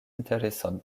intereson